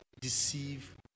deceive